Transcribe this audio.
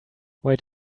wait